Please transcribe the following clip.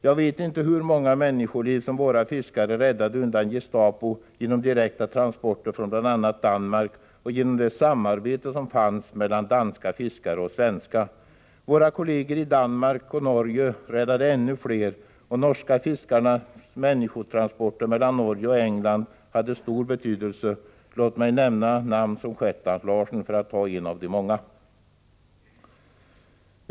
Jag vet inte hur många människoliv, som våra fiskare räddade undan Gestapo genom direkta transporter från bl.a. Danmark och genom det samarbete som fanns mellan danska och svenska fiskare. Våra kolleger i Danmark och Norge räddade ännu flera, och de norska fiskarnas människotransporter mellan Norge och England hade stor betydelse. Låt mig nämna namn som Shetland Larsen för att ta en av de många.